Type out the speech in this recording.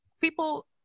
people